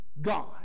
God